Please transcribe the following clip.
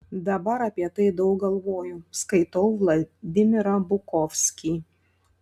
dabar apie tai daug galvoju skaitau vladimirą bukovskį